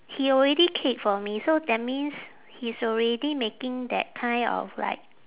he already kick for me so that means he's already making that kind of like